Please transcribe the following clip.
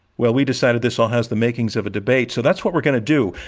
well, we decided this all has the makings of a debate, so that's what we're going to do.